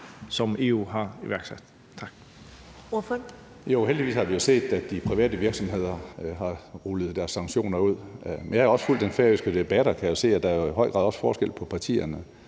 som EU har iværksat.